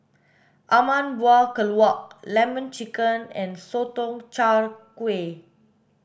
ayam buah keluak lemon chicken and sotong char kway